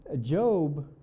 job